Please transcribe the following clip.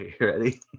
ready